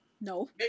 No